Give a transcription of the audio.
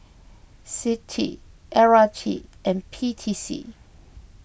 Citi L R T and P T C